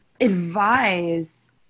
advise